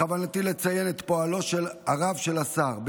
בכוונתי לציין את פועלו של הרב של השר,